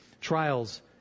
trials